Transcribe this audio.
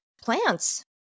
plants